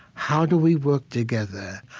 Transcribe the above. how do we work together?